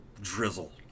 drizzle